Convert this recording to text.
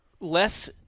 less